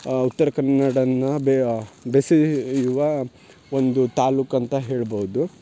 ಉತ್ತರ ಕನಡವನ್ನ ಬೆಸೇಯುವ ಒಂದು ತಾಲೂಕು ಅಂತ ಹೇಳ್ಬೌದು